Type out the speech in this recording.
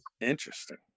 Interesting